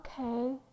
okay